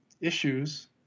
issues